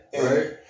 right